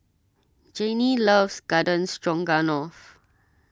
Janey loves Garden Stroganoff